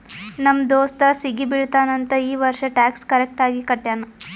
ನಮ್ ದೋಸ್ತ ಸಿಗಿ ಬೀಳ್ತಾನ್ ಅಂತ್ ಈ ವರ್ಷ ಟ್ಯಾಕ್ಸ್ ಕರೆಕ್ಟ್ ಆಗಿ ಕಟ್ಯಾನ್